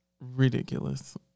ridiculous